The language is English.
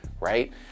Right